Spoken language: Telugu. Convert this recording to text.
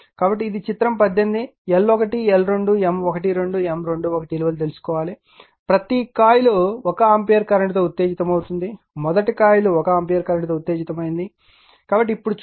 కాబట్టి ఇది చిత్రం 18 L1 L2 M12 M21 విలువలు తెలుసుకోవాలి ప్రతి కాయిల్ 1 ఆంపియర్ కరెంట్తో ఉత్తేజితమవుతుంది మొదట కాయిల్ 1 ఆంపియర్ కరెంట్తో ఉత్తేజితమైందని పరిగణించండి